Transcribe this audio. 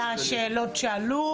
לשאלות שעלו?